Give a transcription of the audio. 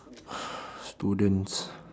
students